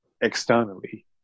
externally